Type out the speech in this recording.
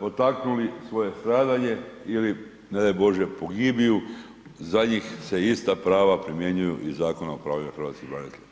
potaknuli svoje stradanje ili ne daj Bože, pogibiju, za njih se ista prava primjenjuju iz Zakona o pravima hrvatskih branitelja.